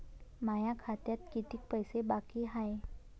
माया खात्यात कितीक पैसे बाकी हाय?